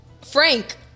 Frank